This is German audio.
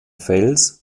fels